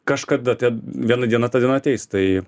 kažkada ten vieną dieną ta diena ateis tai